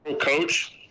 Coach